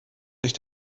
sich